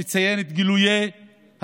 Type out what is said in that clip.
אני רוצה לציין את גילויי ההזדהות